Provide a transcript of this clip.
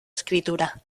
escritura